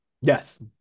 Yes